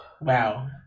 Wow